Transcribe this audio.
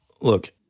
Look